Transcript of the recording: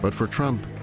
but for trump,